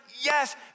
yes